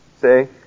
say